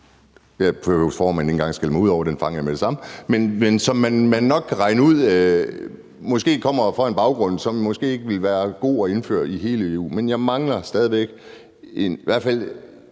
her behøver formanden ikke engang skælde mig ud, for den fangede jeg med det samme – man måske nok kan regne ud kommer fra en baggrund, og som måske ikke ville være god at indføre i hele EU. Men jeg mangler i hvert fald